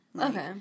Okay